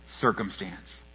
circumstance